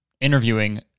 interviewing